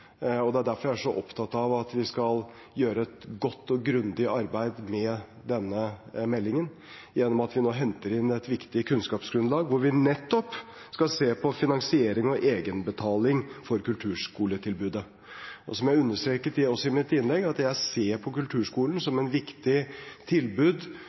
og det er derfor jeg er så opptatt av at vi skal gjøre et godt og grundig arbeid med denne meldingen, gjennom å hente inn et viktig kunnskapsgrunnlag hvor vi nettopp skal se på finansiering og egenbetaling for kulturskoletilbudet. Som jeg også understreket i mitt innlegg, ser jeg på kulturskolen som et viktig tilbud